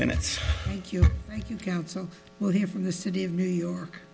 minutes you will hear from the city of new york